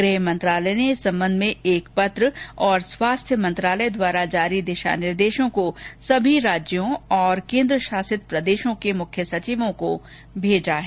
गृहमंत्रालय ने इस सम्बंध में एक पत्र और स्वास्थ्य मंत्रालय द्वारा जारी दिशा निर्देशों को सभी राज्यों तथा केन्द्रशासित प्रदेशों के मुख्य सचिवों को भेजा है